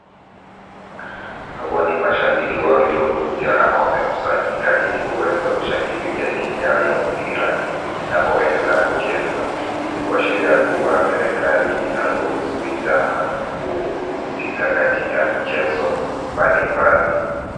Hawa ni mashabiki waliokuja ama wamekusanyika ili kuweza kushangilia timu yao ya mpira inapoendelea kucheza, hii ni kuashiria kubwa serikali inaruhusu vijana kuhusika katika michezo mbalimbali.